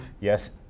yes